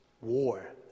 war